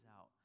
out